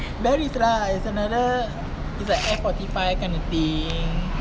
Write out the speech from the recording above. barry lah is another is like F forty five kind of thing